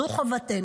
זו חובתנו.